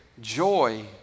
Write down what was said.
joy